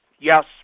Yes